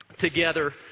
together